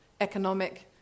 economic